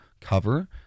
cover